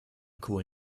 kohl